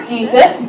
Jesus